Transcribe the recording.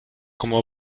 como